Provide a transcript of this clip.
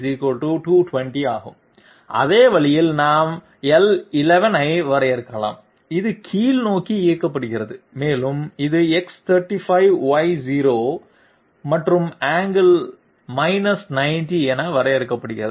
அதே வழியில் நாம் l11 ஐ வரையறுக்கலாம் இது கீழ்நோக்கி இயக்கப்படுகிறது மேலும் இது X 35 Y 0 மற்றும் ஆங்கிள் 90 என வரையறுக்கப்படுகிறது